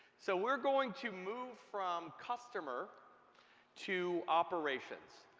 so we're going to move from customer to operations.